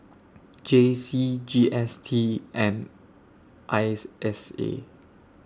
J C G S T and S S A